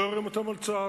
לא יורים אותם על צה"ל,